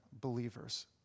believers